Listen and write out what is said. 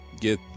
get